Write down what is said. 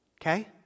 Okay